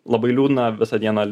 labai liūdna visą dieną